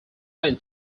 when